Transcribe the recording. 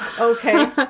Okay